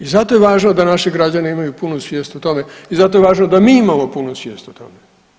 I zato je važno da naši građani imaju punu svijest o tome i zato je važno da m i imamo punu svijest o tome.